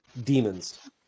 demons